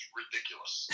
ridiculous